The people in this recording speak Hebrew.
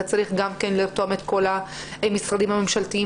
אתה צריך לרתום את כל המשרדים הממשלתיים